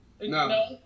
No